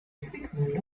zwickmühle